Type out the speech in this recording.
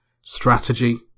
strategy